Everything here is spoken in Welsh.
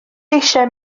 eisiau